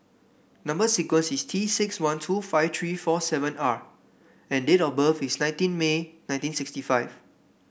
number sequence is T six one two five three four seven R and date of birth is nineteen May nineteen sixty five